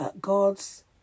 God's